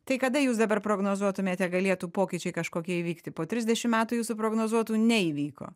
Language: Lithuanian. tai kada jūs dabar prognozuotumėte galėtų pokyčiai kažkokie įvykti po trisdešim metų jūsų prognozuotų neįvyko